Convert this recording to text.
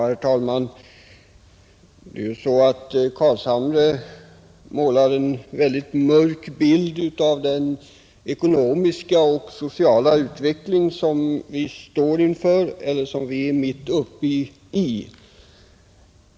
Herr talman! Herr Carlshamre målar en väldigt mörk bild av den ekonomiska och sociala utveckling som vi står inför eller som vi är mitt uppe i.